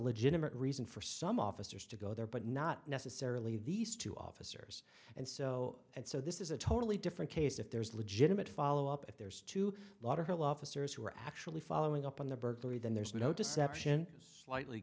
legitimate reason for some officers to go there but not necessarily these two officers and so and so this is a totally different case if there is legitimate follow up if there is to lauderhill officers who are actually following up on the burglary then there's no deception slightly